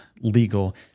legal